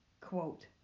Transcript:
Quote